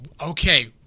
Okay